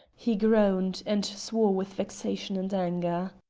he groaned, and swore with vexation and anger.